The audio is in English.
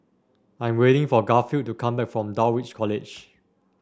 I am waiting for Garfield to come back from Dulwich College